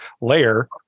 layer